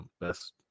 best